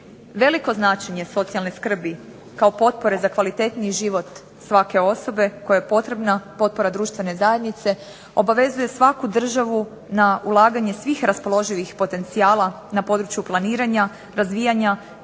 Veliko značenje socijalne skrbi kao potpore za kvalitetniji život svake osobe kojoj je potrebna potpora društvene zajednice obavezuje svaku državu na ulaganje svih raspoloživih potencijala na području planiranja, razvijanja